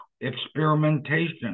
experimentation